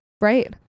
Right